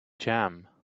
jam